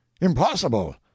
impossible